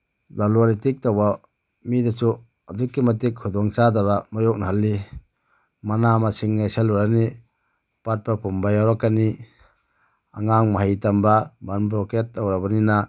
ꯂꯂꯣꯟ ꯏꯇꯤꯛ ꯇꯧꯕ ꯃꯤꯗꯁꯨ ꯑꯗꯨꯛꯀꯤ ꯃꯇꯤꯛ ꯈꯨꯗꯣꯡ ꯆꯥꯗꯕ ꯃꯥꯏꯌꯣꯛꯅꯍꯜꯂꯤ ꯃꯅꯥ ꯃꯁꯤꯡ ꯂꯩꯁꯤꯜꯂꯨꯔꯅꯤ ꯄꯠꯄ ꯄꯨꯝꯕ ꯌꯥꯎꯔꯛꯀꯅꯤ ꯑꯉꯥꯡ ꯃꯍꯩ ꯇꯝꯕ ꯕꯟ ꯕ꯭ꯂꯣꯀꯦꯠ ꯇꯧꯔꯕꯅꯤꯅ